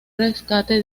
rescate